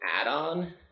add-on